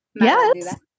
Yes